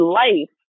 life